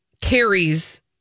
carries